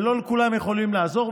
ולא לכולם יכולים לעזור,